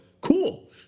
cool